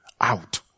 out